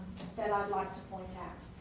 that i'd like to point out.